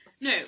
No